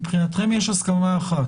מבחינתכם יש הסכמה אחת,